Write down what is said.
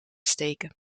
steken